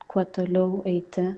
kuo toliau eiti